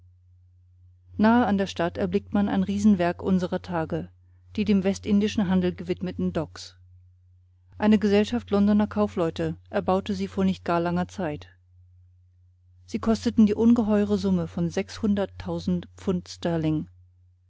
nahe an der stadt erblickt man ein riesenwerk unserer tage die dem westindischen handel gewidmeten docks eine gesellschaft londoner kaufleute erbaute sie vor nicht gar langer zeit sie kosteten die ungeheure summe von sechshunderttausend pfund sterling